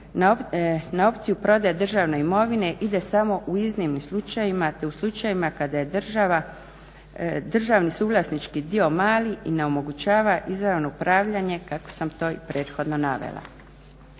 na opciju prodaje državne imovine ide samo u iznimnim slučajevima te u slučajevima kada je državni suvlasnički dio mali i ne omogućava izravno upravljanje kako sam to i prethodno navela.